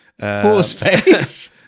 Horseface